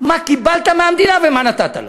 מה קיבלת מהמדינה ומה נתת לה.